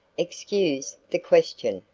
excuse the question,